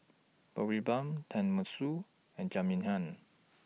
Boribap Tenmusu and Jajangmyeon